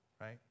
right